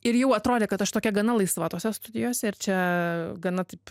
ir jau atrodė kad aš tokia gana laisva tose studijose ir čia gana taip